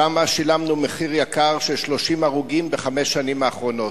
ושם שילמנו מחיר יקר של 30 הרוגים בחמש שנים האחרונות.